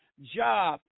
job